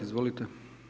Izvolite.